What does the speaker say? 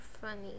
funny